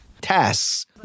Tasks